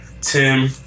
Tim